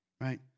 Right